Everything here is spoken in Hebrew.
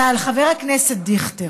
ועל חבר הכנסת דיכטר,